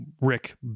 Rick